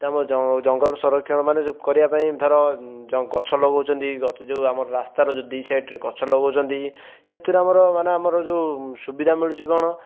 ତ ଆମ ଜ ଜଙ୍ଗଲ ସଂରକ୍ଷଣ ମାନେ ଯେଉଁ କରିବା ପାଇଁ ଧର ଜ ଗଛ ଲଗାଉଛନ୍ତି ଗଛ ଯେଉଁ ଆମର ରାସ୍ତାର ଯେଉଁ ଦୁଇ ସାଇଟ୍ରେ ଗଛ ଲଗାଉଛନ୍ତି ସେଥିରୁ ଆମର ମାନେ ଆମର ଯେଉଁ ସୁବିଧା ମିଳୁଛି କ'ଣ